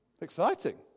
Exciting